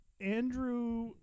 Andrew